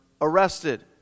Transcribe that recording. arrested